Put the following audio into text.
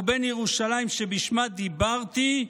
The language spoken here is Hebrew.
ובין ירושלים, שבשמה דיברתי אני,